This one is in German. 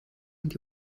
und